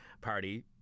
party